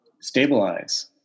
stabilize